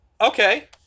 Okay